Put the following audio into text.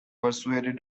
persuaded